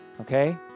Okay